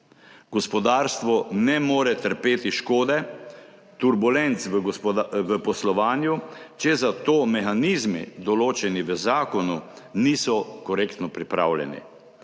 Gospodarstvo ne more trpeti škode, turbulenc v poslovanju, če za to mehanizmi, določeni v zakonu, niso korektno pripravljeni.